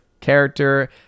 character